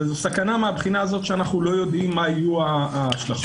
וזו סכנה מהבחינה שאנחנו לא יודעים מה יהיו ההשלכות.